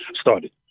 started